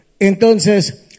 entonces